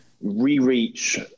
re-reach